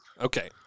Okay